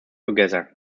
together